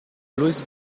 louis